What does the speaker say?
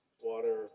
water